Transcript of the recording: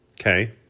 Okay